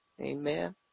Amen